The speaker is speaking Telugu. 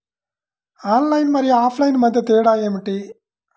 ఆన్లైన్ మరియు ఆఫ్లైన్ మధ్య తేడా ఏమిటీ?